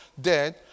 dead